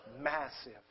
massive